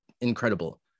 incredible